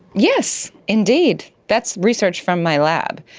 yes indeed, that's research from my lab.